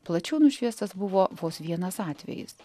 plačiau nušviestas buvo vos vienas atvejis